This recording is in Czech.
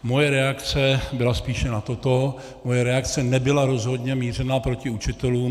Moje reakce byla spíše na toto, moje reakce nebyla rozhodně mířena proti učitelům.